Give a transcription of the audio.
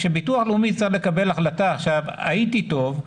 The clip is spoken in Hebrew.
שהביטוח הלאומי צריך לקבל החלטה עכשיו 'הייתי טוב,